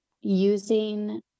using